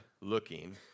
looking